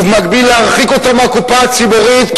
ובמקביל להרחיק אותם מהקופה הציבורית,